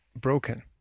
broken